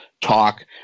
talk